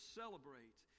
celebrate